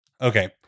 okay